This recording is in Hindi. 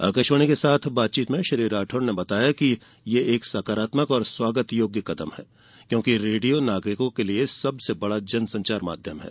आकाशवाणी के साथ बातचीत में श्री राठौड़ ने कहा कि यह एक सकारात्मक और स्वागत योग्य कदम है क्योंकि रेडियो नागरिकों के लिए सबसे बड़ा जन संचार माध्यम है